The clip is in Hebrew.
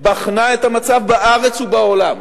בחנה את המצב בארץ ובעולם,